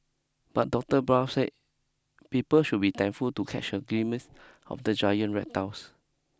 but Doctor Barr said people should be thankful to catch a glimpse of the giant reptiles